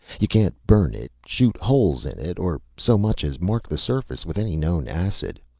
you can't burn it, shoot holes in it, or so much as mark the surface with any known acid.